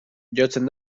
jotzen